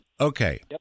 Okay